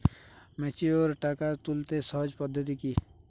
Mature টাকা তুলতে সহজ পদ্ধতি কি?